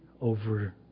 over